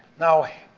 now,